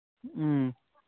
ꯎꯝ